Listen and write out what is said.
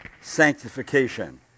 sanctification